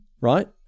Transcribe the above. right